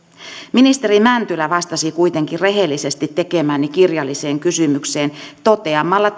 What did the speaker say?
ministeri mäntylä vastasi kuitenkin rehellisesti tekemääni kirjalliseen kysymykseen toteamalla